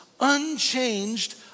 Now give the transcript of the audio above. unchanged